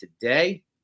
today